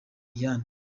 iyande